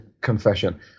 confession